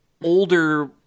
older